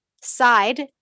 side